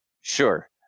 sure